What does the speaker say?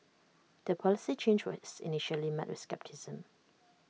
the policy change was initially met with scepticism